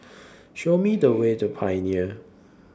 Show Me The Way to Pioneer